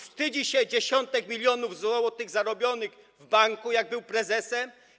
Wstydzi się dziesiątków milionów złotych zarobionych w banku, jak był prezesem?